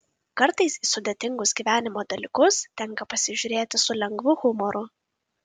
kartais į sudėtingus gyvenimo dalykus tenka pasižiūrėti su lengvu humoru